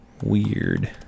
Weird